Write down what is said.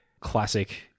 classic